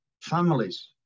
families